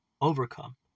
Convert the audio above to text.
overcome